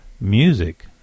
Music